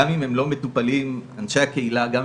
גם אם הם לא מטופלים אנשי הקהילה לא